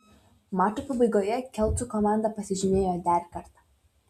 mačo pabaigoje kelcų komanda pasižymėjo dar kartą